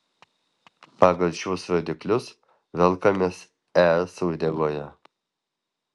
pagal šiuos rodiklius velkamės es uodegoje